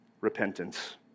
repentance